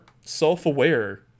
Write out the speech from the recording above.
self-aware